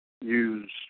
use